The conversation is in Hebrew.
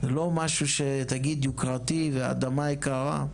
זה לא יוקרתי ואדמה יקרה.